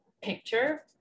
picture